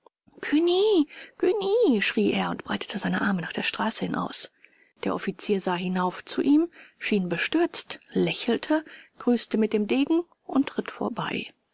cugny cugny schrie er und breitete seine arme nach der straße hin aus der offizier sah hinauf zu ihm schien bestürzt lächelte grüßte mit dem degen und ritt vorbei